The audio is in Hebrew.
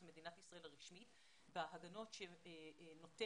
זאת מדינת ישראל הרשמית בהגנות שנותן